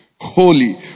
holy